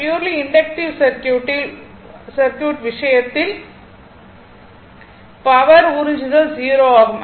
purely inductive சர்க்யூட்டில் விஷயத்தில் power உறிஞ்சுதல் 0 ஆகும்